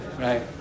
Right